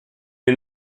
est